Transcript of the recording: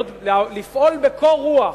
לפעול בקור רוח.